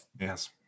Yes